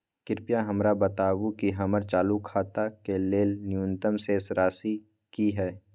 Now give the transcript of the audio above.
कृपया हमरा बताबू कि हमर चालू खाता के लेल न्यूनतम शेष राशि की हय